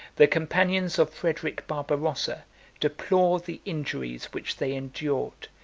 the companions of frederic barbarossa deplore the injuries which they endured,